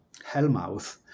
hellmouth